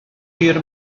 hir